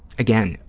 again,